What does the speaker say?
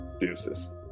deuces